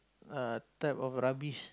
uh type of rubbish